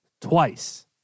twice